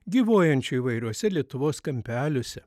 gyvuojančių įvairiuose lietuvos kampeliuose